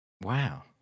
Wow